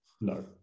No